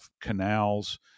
canals